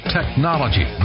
technology